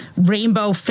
rainbow